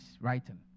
writing